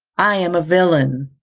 i am a villain,